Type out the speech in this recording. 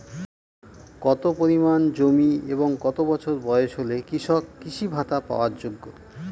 কত পরিমাণ জমি এবং কত বছর বয়স হলে কৃষক কৃষি ভাতা পাওয়ার যোগ্য?